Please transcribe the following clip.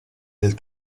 del